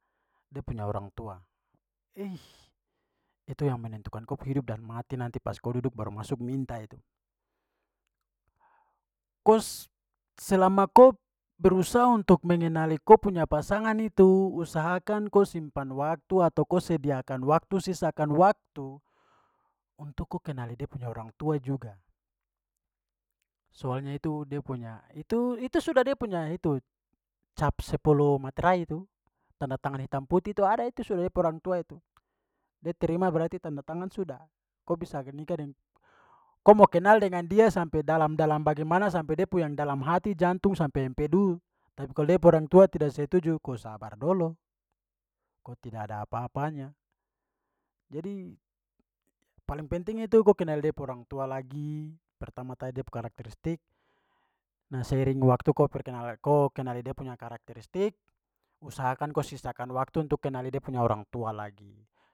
Dia punya orang tua itu yang menentukan ko pu hidup dan mati nanti pas ko duduk baru masuk minta itu. Kos- selama ko berusaha untuk mengenali ko punya pasangan itu, usahakan ko simpan waktu atau ko sediakan waktu, sisakan waktu untuk ko kenali dia punya orang tua juga. Soalnya itu dia punya- itu- itu sudah dia punya itu cap sepuluh materai itu, tandatangan hitam putih itu, ada itu sudah de pu orang tua itu. De terima berarti tendatangan, sudah, ko bisa ko mo kenal dengan dia sampai dalam-dalam bagaimana, sampai de pu yang dalam hati, jantung sampai empedu, tapi kalo de pu orang tua tidak setuju, ko sabar dolo, ko tidak ada apa-apanya. Jadi, paling penting itu ko kenal de pu orang tua lagi. Pertama tadi dia punya karakteristik. Nah, seiring waktu ko perkenal- ko kenali dia punya karakteristik. Usahakan ko sisakan waktu untuk kenali dia punya orang tua lagi.